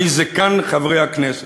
אני זקן חברי הכנסת.